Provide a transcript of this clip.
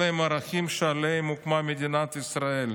אלה הם ערכים שעליהם הוקמה מדינת ישראל,